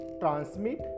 transmit